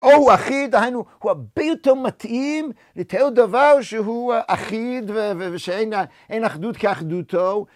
הוא היחיד, הוא הרבה יותר מתאים לתאר דבר שהוא אחיד ושאין אחדות כאחדותו.